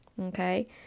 okay